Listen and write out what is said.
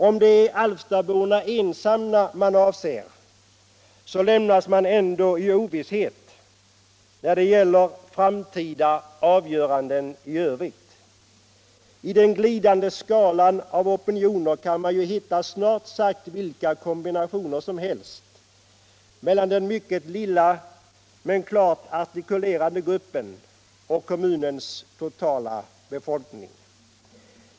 Om det är Alftaborna ensamma som avses, så lämnas man ändå i ovisshet när det gäller framtida avgöranden i övrigt. I den glidande skalan av opinioner kan man hitta snart sagt vilka kombinationer som helst mellan den mycket lilla men klart artikulerade gruppen och kommunernas totala befolkning.